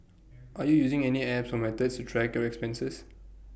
are you using any apps or methods to track your expenses